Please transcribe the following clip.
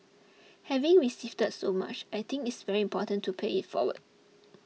having received so much I think it's very important to pay it forward